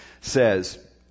says